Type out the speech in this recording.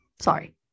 Sorry